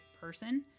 person